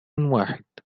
واحد